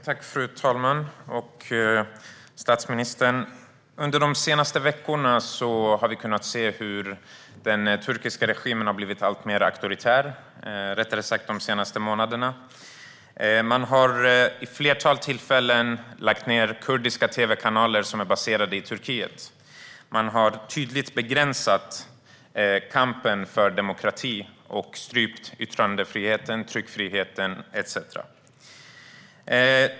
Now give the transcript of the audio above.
Fru talman! Statsministern! Under de senaste månaderna har vi kunnat se hur den turkiska regimen har blivit alltmer auktoritär. Man har vid ett flertal tillfällen lagt ned kurdiska tv-kanaler som är baserade i Turkiet. Man har tydligt begränsat kampen för demokrati och strypt yttrandefriheten, tryckfriheten etcetera.